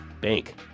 Bank